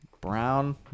Brown